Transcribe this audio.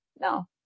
no